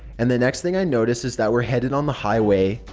and the next thing i notice is that we're headed on the highway,